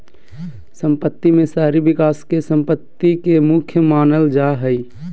सम्पत्ति में शहरी विकास के सम्पत्ति के मुख्य मानल जा हइ